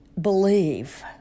believe